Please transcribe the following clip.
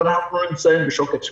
ואנחנו נמצאים בשוקת שבורה.